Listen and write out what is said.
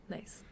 Nice